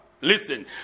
Listen